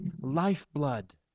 lifeblood